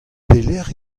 pelecʼh